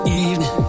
evening